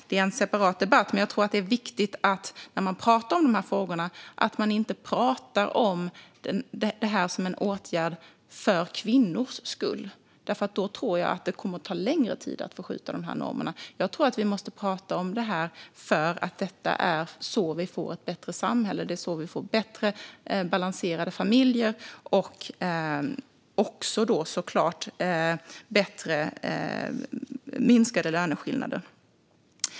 Det är en separat debatt, men jag tror att det är viktigt när man pratar om de här frågorna att inte kalla detta en åtgärd för kvinnornas skull, för då tror jag att det kommer att ta längre tid att förskjuta normerna. Jag tror att man måste prata om detta för att det är så man får ett bättre samhälle, bättre balanserade familjer och såklart minskade löneskillnader.